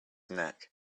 neck